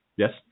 Yes